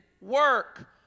work